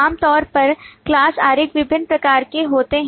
आमतौर परclass आरेख विभिन्न प्रकार के होते हैं